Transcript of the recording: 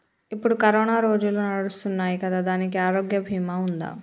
ఇప్పుడు కరోనా రోజులు నడుస్తున్నాయి కదా, దానికి ఆరోగ్య బీమా ఉందా?